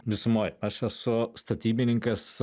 visumoj aš esu statybininkas